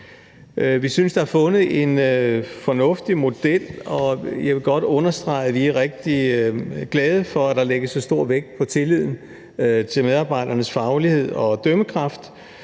Vi synes, der er fundet en fornuftig model, og jeg vil godt understrege, at vi er rigtig glade for, at der lægges så stor vægt på tilliden til medarbejdernes faglighed og dømmekraft.